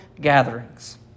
gatherings